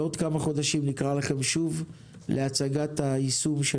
בעוד כמה חודשים נקרא לכם שוב להצגת היישום של